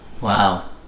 Wow